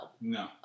No